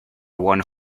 one